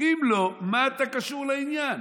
אם לא, מה אתה קשור לעניין?